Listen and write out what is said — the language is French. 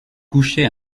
couchés